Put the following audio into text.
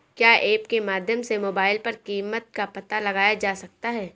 क्या ऐप के माध्यम से मोबाइल पर कीमत का पता लगाया जा सकता है?